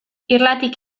irlatik